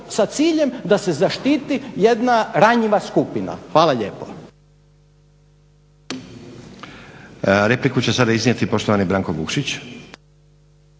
sa ciljem da se zaštiti jedna ranjiva skupina. Hvala lijepo.